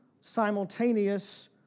simultaneous